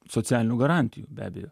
socialinių garantijų be abejo